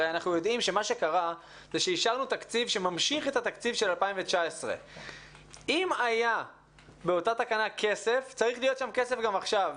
הרי אנחנו יודעים שאישרנו תקציב שממשיך את התקציב של 2019. אם באותה תקנה היה כסף הרי צריך להיות בה כסף גם עכשיו,